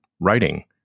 writing